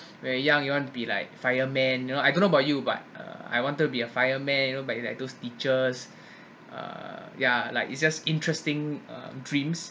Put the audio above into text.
very young you want to be like fireman you know I don't know about you but uh I wanted to be a fire you know but it's like those teachers uh yeah like it's just interesting um dreams